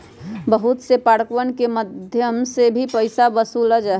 बहुत से पार्कवन के मध्यम से भी पैसा वसूल्ल जाहई